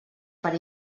per